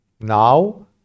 Now